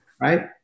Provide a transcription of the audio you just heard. Right